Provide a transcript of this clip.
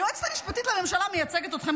היועצת המשפטית לממשלה מייצגת אתכם,